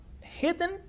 hidden